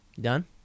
Done